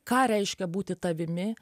ką reiškia būti tavimi